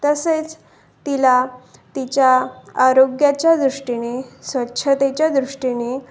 तसेच तिला तिच्या आरोग्याच्या दृष्टीने स्वच्छतेच्या दृष्टीने